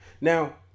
Now